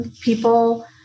people